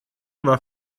war